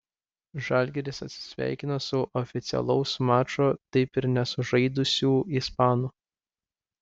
žalgiris atsisveikino su oficialaus mačo taip ir nesužaidusiu ispanu